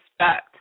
respect